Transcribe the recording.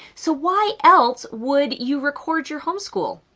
so why else would you record your homeschool?